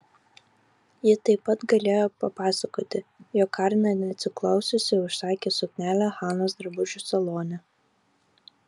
ji taip pat galėjo papasakoti jog karna neatsiklaususi užsisakė suknelę hanos drabužių salone